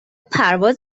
پرواز